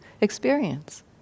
experience